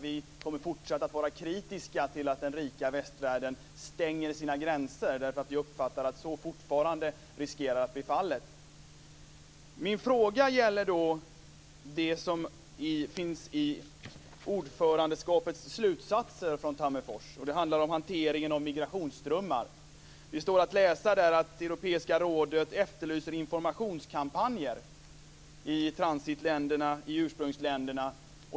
Vi kommer fortsatt att vara kritiska till att den rika västvärlden stänger sina gränser. Vi uppfattar att det fortfarande riskerar att bli så. Min fråga gäller det som framgår av ordförandelandets slutsatser från Tammerforsmötet. Det handlar om hanteringen av migrationsströmmar. Det står att läsa där att Europeiska rådet efterlyser informationskampanjer i transitländerna och i ursprungsländerna.